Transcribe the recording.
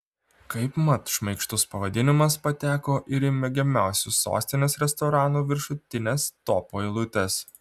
kaip mat šmaikštus pavadinimas pateko ir į mėgiamiausių sostinės restoranų viršutines topų eilutes